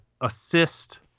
assist